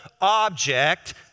object